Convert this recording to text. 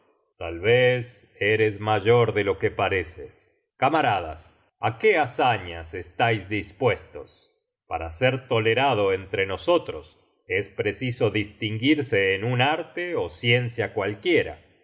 tal vez eres mayor de lo que pareces camaradas á qué hazañas estáis dispuestos para ser tolerado entre nosotros es preciso distinguirse en un arte ó ciencia cualquiera